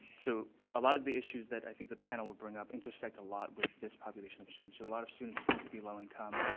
so a lot of the issues that i think the panel would bring up intersect a lot with this population of students, so a lot of students tend to be low income.